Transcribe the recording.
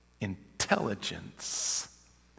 intelligence